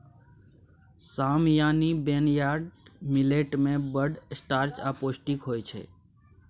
साम यानी barnyard millet मे बड़ स्टार्च आ पौष्टिक होइ छै